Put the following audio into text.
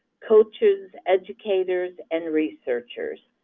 coaches, educators, and researchers.